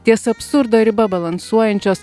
ties absurdo riba balansuojančios